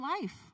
life